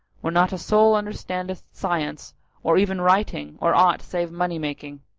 where not a soul under standeth science or even writing or aught save money making.